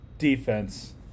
defense